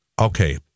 okay